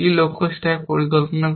কি লক্ষ্য স্ট্যাক পরিকল্পনা করে